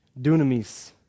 Dunamis